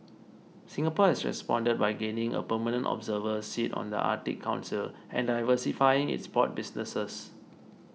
Singapore has responded by gaining a permanent observer seat on the Arctic Council and diversifying its port businesses